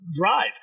drive